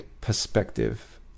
perspective